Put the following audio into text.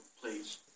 please